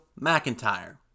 McIntyre